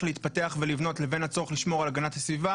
להתפתח ולבנות לבין הצורך לשמור על הגנת הסביבה